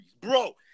bro